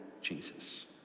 Jesus